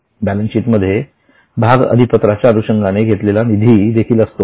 balance sheet मध्ये भाग अधिपत्राच्या अनुषंगाने घेतलेला निधी देखील असतो